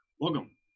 welcome